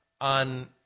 on